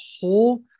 whole